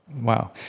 Wow